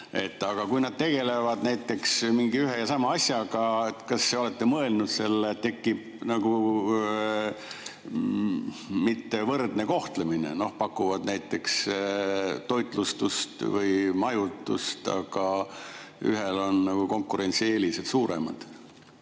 Aga kui nad tegelevad näiteks mingi ühe ja sama asjaga, kas olete mõelnud, et tekib nagu ebavõrdne kohtlemine? Nad pakuvad näiteks toitlustust või majutust, aga ühel on konkurentsieelised.